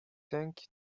tank